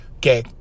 Okay